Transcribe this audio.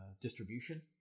distribution